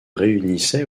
réunissait